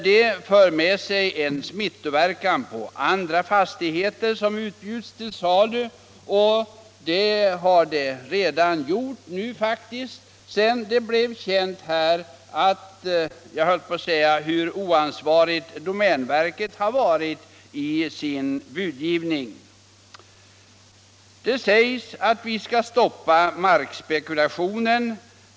Det för med sig en smittoverkan på andra fastigheter som utbjuds till salu. Det har det faktsikt redan gjort då det nu blivit känt hur oansvarigt domänverket varit i sin budgivning. Det sägs att vi skall stoppa markspekulation.